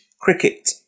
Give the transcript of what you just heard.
cricket